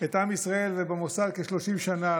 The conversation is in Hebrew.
את עם ישראל ובמוסד כ-30 שנה,